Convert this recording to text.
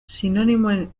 sinonimoen